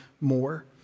more